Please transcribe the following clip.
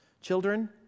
children